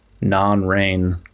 non-rain